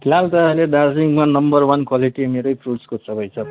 फिलहाल त अहिले दार्जिलिङमा नम्बर वान क्वालिटी मेरै फ्रुट्सको चल्दैछ